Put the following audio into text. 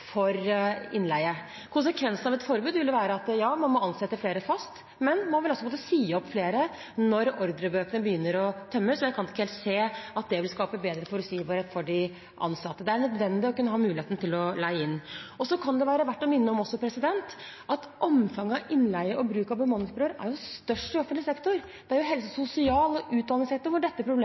for innleie. Konsekvensene av et forbud ville være at ja, man må ansette flere fast. Men man ville også måtte si opp flere når ordrebøkene begynner å tømmes, og jeg kan ikke helt se at det vil skape bedre forutsigbarhet for de ansatte. Det er nødvendig å kunne ha muligheten til å leie inn. Det kan også være verdt å minne om at omfanget av innleie og bruk av bemanningsbyråer er størst i offentlig sektor. Det er i helse-, sosial- og utdanningssektoren at dette problemet er